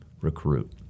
recruit